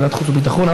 בוועדת החוץ והביטחון.